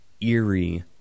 eerie